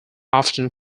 often